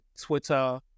Twitter